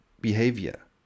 behavior